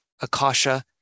Akasha